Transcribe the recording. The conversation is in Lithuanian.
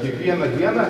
kiekvieną dieną